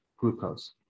Glucose